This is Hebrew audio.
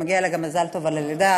שמגיע לה גם מזל טוב על הלידה,